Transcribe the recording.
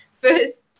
first